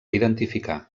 identificar